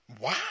Wow